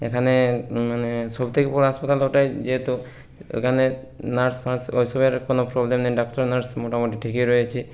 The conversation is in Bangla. এখানে মানে সবথেকে বড়ো হাসপাতাল তো ওটাই যেহেতু এখানে নার্স ফার্স ওই সবের কোনো প্রবলেম নেই ডাক্তার নার্স মোটামুটি ঠিকই রয়েছে